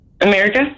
America